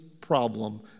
problem